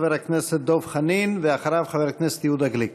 חבר הכנסת דב חנין, ואחריו, חבר הכנסת יהודה גליק.